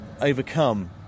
overcome